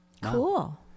Cool